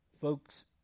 Folks